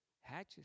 hatches